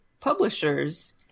publishers